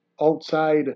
outside